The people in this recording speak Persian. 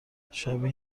شبیه